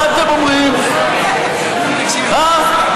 מה אתם אומרים, אה?